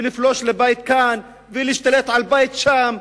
ולפלוש לבית כאן ולהשתלט על בית שם,